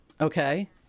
Okay